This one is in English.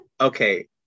Okay